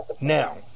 Now